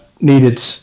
needed